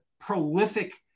prolific